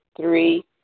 three